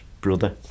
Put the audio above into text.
brother